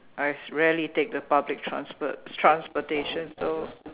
I rarely take the public transport transportation so